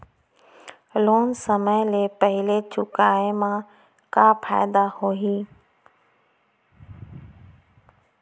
Loan समय ले पहिली चुकाए मा का फायदा होही?